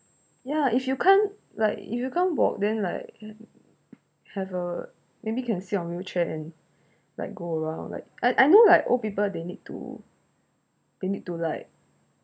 yeah if you can't like if you can't walk then like have a maybe can sit on wheelchair and like go around like I I know like old people they need to they need to like